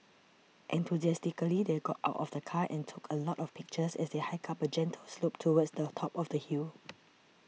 enthusiastically they got out of the car and took a lot of pictures as they hiked up a gentle slope towards the top of the hill